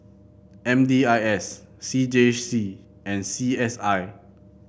M D I S C J C and C S I